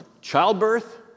childbirth